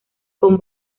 con